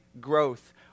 growth